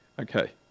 Okay